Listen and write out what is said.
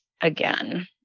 again